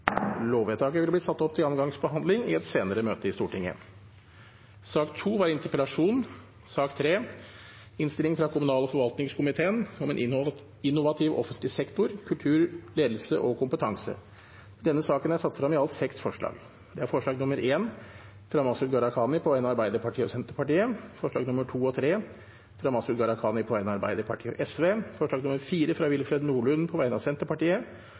Lovvedtaket vil bli ført opp til andre gangs behandling i et senere møte i Stortinget. I sak nr. 2 foreligger det ikke noe voteringstema. Under debatten er det satt frem i alt seks forslag. Det er forslag nr. 1, fra Masud Gharahkhani på vegne av Arbeiderpartiet og Senterpartiet forslagene nr. 2 og 3, fra Masud Gharahkhani på vegne av Arbeiderpartiet og Sosialistisk Venstreparti forslag nr. 4, fra Wilfred Nordlund på vegne av Senterpartiet